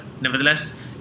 nevertheless